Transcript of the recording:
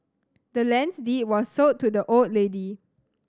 the land's deed was sold to the old lady